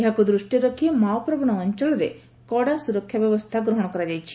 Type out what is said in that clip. ଏହାକୁ ଦୃଷ୍ଟିରେ ରଖ୍ ମାଓପ୍ରବଶ ଅଅଳରେ କଡ଼ା ସୁରକ୍ଷା ବ୍ୟବସ୍ଷା ଗ୍ରହଶ କରାଯାଇଛି